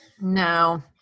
No